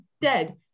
dead